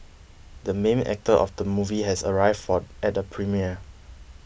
the main actor of the movie has arrived for at the premiere